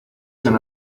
san